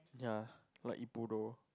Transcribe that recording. ya like Ippudo